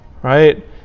Right